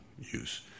use